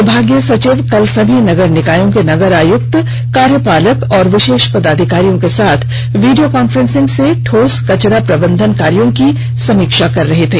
विभागीय सचिव कल सभी नगर निकायों के नगर आयुक्त कार्यपालक और विशेष पदाधिकारियों के साथ वीडियो कॉन्फ्रेंसिंग से ठोस कचरा प्रबंधन कार्यो की समीक्षा कर रहे थे